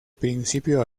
principio